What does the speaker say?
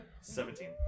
Seventeen